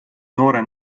noore